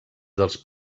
dels